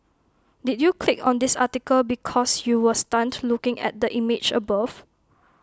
did you click on this article because you were stunned looking at the image above